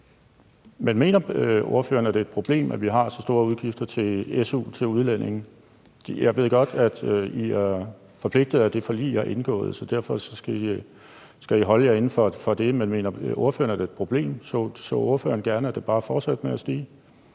ordføreren, at det er et problem, at vi har så store udgifter til su til udlændinge? Jeg ved godt, at I er forpligtet af det forlig, I har indgået, så derfor skal I holde jer inden for det, men mener ordføreren, at det er et problem? Så ordføreren gerne, at det bare fortsatte med at stige?